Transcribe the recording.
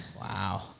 Wow